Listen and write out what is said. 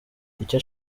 icyo